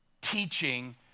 teaching